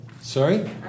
Sorry